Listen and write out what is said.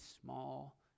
small